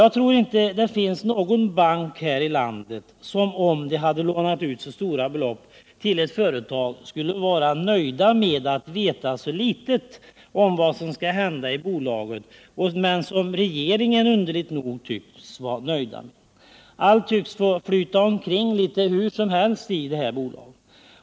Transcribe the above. Jag tror inte det finns någon bank här i landet som, om den hade lånat ut så stora belopp till ett företag, skulle vara nöjd med att veta så litet om vad som skall hända i bolaget, men som regeringen underligt nog tycks vara nöjd med. Allt tycks få flyta omkring litet hur som helst i detta bolag.